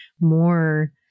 more